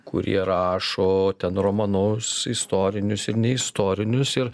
kurie rašo ten romanus istorinius ir ne istorinius ir